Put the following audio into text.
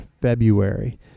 February